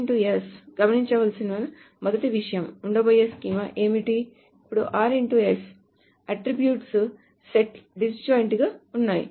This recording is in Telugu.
ఇప్పుడు గమనించవలసిన మొదటి విషయం ఉండబోయే స్కీమా ఏమిటి ఇప్పుడు అట్ట్రిబ్యూట్స్ సెట్లు డిస్ జాయింట్ గా ఉన్నాయి